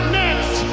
next